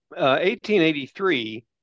1883